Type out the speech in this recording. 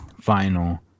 final